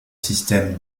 système